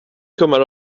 kommer